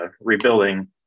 rebuilding